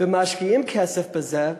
ומשקיעים כסף בזה,